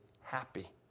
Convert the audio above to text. happy